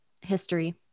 history